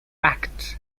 act